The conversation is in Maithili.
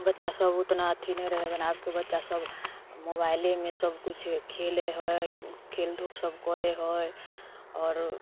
बच्चा सभ ओतना अथी नहि रहै हइ लेकिन आबके बच्चा सभ मोबाइलेमे बच्चा सभकिछु खेलै हइ खेल धूप सभ करै हइ आओर